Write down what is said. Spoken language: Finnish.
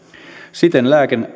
siten